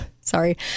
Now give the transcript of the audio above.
sorry